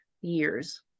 years